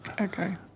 Okay